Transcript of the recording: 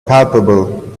palpable